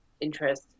interest